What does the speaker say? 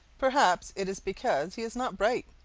perhaps it is because he is not bright,